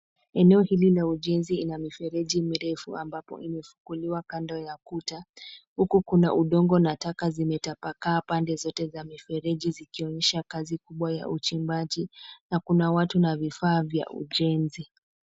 Eneo hili la ujenzi ina mifereji mirefu ambapo imefunguliwa kando ya kuta huku kuna udongo na taka zimetapakaa pande zote za mifereji zikionyesha kazi kubwa ya uchimbaji na kuna watu na vifaa vya ujenzi.